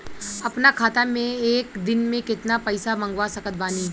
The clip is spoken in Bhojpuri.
अपना खाता मे एक दिन मे केतना पईसा मँगवा सकत बानी?